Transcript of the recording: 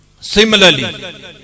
Similarly